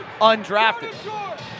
Undrafted